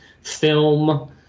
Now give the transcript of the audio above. film